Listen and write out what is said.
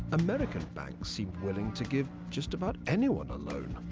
american banks seemed willing to give just about anyone a loan.